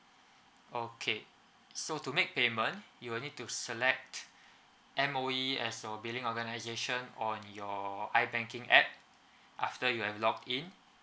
okay so to make payment you will need to select M_O_E as your billing organisation on your i banking app after you have logged in